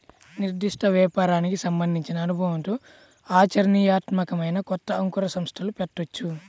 నిర్దిష్ట వ్యాపారానికి సంబంధించిన అనుభవంతో ఆచరణీయాత్మకమైన కొత్త అంకుర సంస్థలు పెట్టొచ్చు